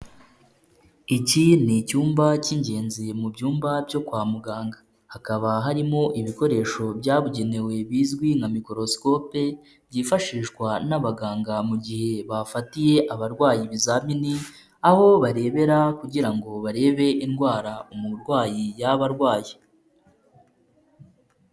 Icyi ni icyumba cy'ingenzi mu byumba byo kwa muganga. Hakaba harimo ibikoresho byabujyenewe bizwi nka "microscope" byifashishwa n'abaganga mu gihe bafatiye abarwaye ibizamini aho barebera kugira ngo barebe indwara umurwayi yaba arwaye.